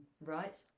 Right